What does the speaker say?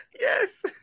Yes